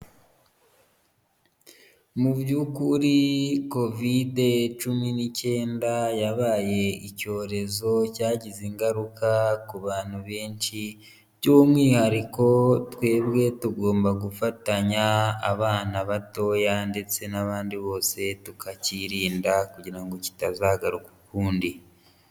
Mu by'ukuri, kovide cumi n'icyenda yabaye icyorezo cyagize ingaruka ku bantu benshi, by'umwihariko twebwe tugomba gufatanya, abana batoya, ndetse n'abandi bose, tukacyirinda, kugira ngo kitazagaruka ukundi.